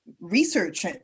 research